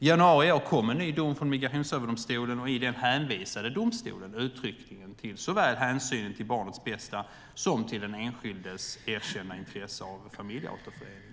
I januari i år kom en ny dom från Migrationsöverdomstolen. I den hänvisade domstolen uttryckligen till såväl hänsynen till barnets bästa som till den enskildes erkända intresse av en familjeåterförening.